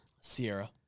Sierra